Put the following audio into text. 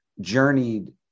journeyed